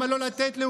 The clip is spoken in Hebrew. בבית ולעשות ילדים.